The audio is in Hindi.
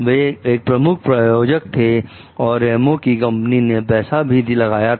वे एक प्रमुख प्रायोजक थे और रेमो की कंपनी ने पैसा भी लगाया था